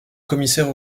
commissaire